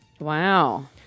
Wow